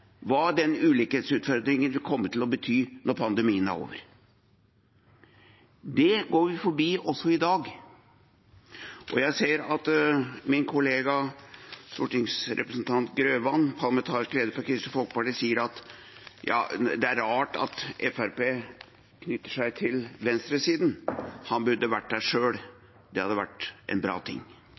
hva den ulikhetsutfordringen vil komme til å bety når pandemien er over. Det går vi forbi også i dag. Jeg ser at min kollega stortingsrepresentant Grøvan, parlamentarisk leder for Kristelig Folkeparti, sier at det er rart at Fremskrittspartiet knytter seg til venstresiden. Han burde vært der selv. Det hadde vært en bra ting.